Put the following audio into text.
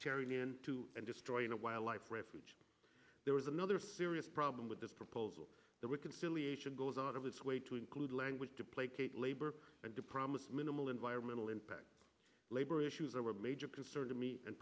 tearing into and destroying a wildlife refuge there was another serious problem with this proposal the reconciliation goes out of its way to include language to placate labor and to promise minimal environmental impact labor issues are a major concern to me and